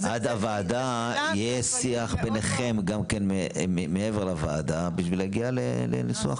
יהיה שיח ביניכם מעבר לוועדה כדי להגיע לניסוח,